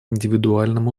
индивидуальном